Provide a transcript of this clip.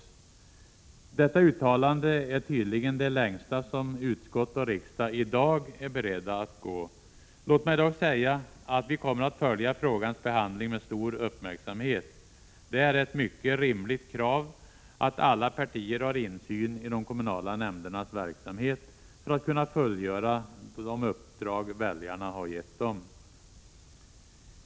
Utskott och riksdag är tydligen inte beredda att i dag gå längre än till detta uttalande. Låt mig dock säga att vi kommer att följa frågans behandling med stor uppmärksamhet. Det är ett mycket rimligt krav att alla partier skall ha insyn i de kommunala nämndernas verksamhet för att kunna fullgöra de uppdrag väljarna har gett dem.